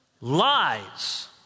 Lies